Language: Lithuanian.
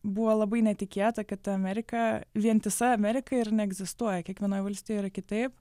buvo labai netikėta kad amerika vientisa amerika ir neegzistuoja kiekvienoj valstijoj yra kitaip